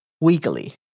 weekly